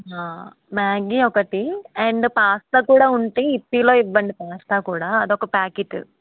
Maggi ఒకటి and pasta కూడా ఉంటే యిప్పిలో ఇవ్వండి పాస్తా కూడా అది ఒక ప్యాకెట్